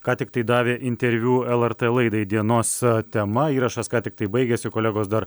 ką tik tai davė interviu lrt laidai dienos tema įrašas ką tiktai baigiasi kolegos dar